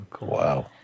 Wow